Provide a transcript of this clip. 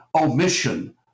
omission